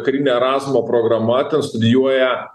karinė erazmo programa ten studijuoja